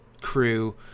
crew